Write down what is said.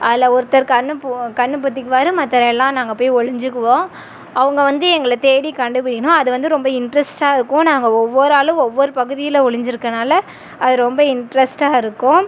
அதில் ஒருத்தர் கண் பொ கண் பொத்திக்குவார் மற்ற எல்லாரும் நாங்கள் போய் ஒளிஞ்சிக்குவோம் அவங்க வந்து எங்களை தேடி கண்டுப்பிடிக்கணும் அது வந்து ரொம்ப இன்ட்ரெஸ்ட்டாக இருக்கும் நாங்கள் ஒவ்வொரு ஆளும் ஒவ்வொரு பகுதியில் ஒளிஞ்சிருக்கனால் அது ரொம்ப இன்ட்ரெஸ்ட்டாக இருக்கும்